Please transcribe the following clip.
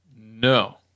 No